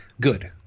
good